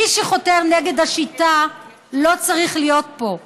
מי שחותר נגד השיטה לא צריך להיות פה.